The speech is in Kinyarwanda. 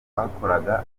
bakoraga